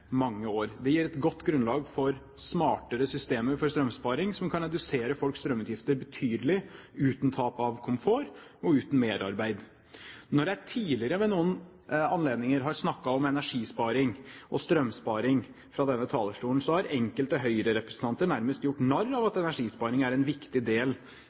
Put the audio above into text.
mange år. Det gir et godt grunnlag for smartere systemer for strømsparing, som kan redusere folks strømutgifter betydelig, uten tap av komfort og uten merarbeid. Når jeg tidligere ved noen anledninger har snakket om energisparing og strømsparing fra denne talerstolen, har enkelte høyrerepresentanter nærmest gjort narr av at energisparing er en viktig del